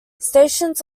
stations